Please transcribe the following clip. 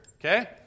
Okay